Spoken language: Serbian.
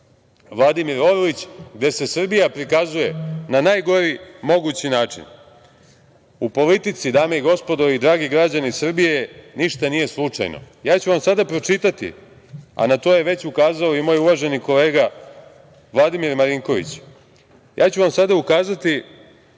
Vladimir Orlić, gde se Srbija prikazuje na najgori mogući način.U politici, dame i gospodo i dragi građani Srbije, ništa nije slučajno. Ja ću vam sada pročitati, a na to je već ukazao i moj uvaženi kolega Vladimir Marinković, kako počinje tekst